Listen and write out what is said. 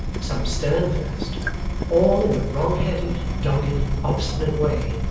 some stern first all in a wrong-headed, dogged, obstinate way,